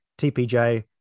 TPJ